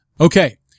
Okay